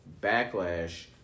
backlash